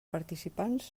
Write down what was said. participants